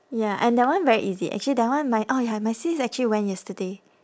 ya and that one very easy actually that one my oh ya my sis actually went yesterday